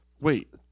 Wait